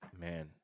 Man